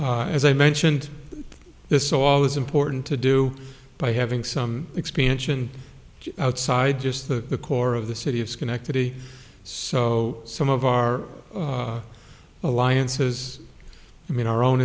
as i mentioned this is always important to do by having some expansion outside just the core of the city of schenectady so some of our alliances i mean our own